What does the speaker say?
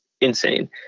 insane